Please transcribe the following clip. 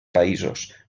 països